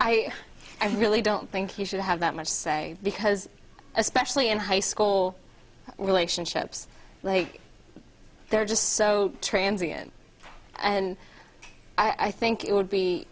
i i really don't think he should have that much say because especially in high school relationships like there are just so transients and i think it would be